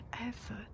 effort